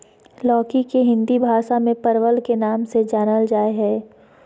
लौकी के हिंदी भाषा में परवल के नाम से जानल जाय हइ